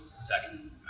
second